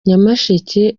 nyamasheke